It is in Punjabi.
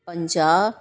ਪੰਜਾਹ